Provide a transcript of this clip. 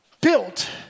built